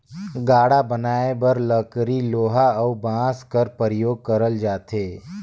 गाड़ा बनाए बर लकरी लोहा अउ बाँस कर परियोग करल जाथे